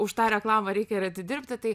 už tą reklamą reikia ir atidirbti tai